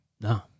no